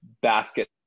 basket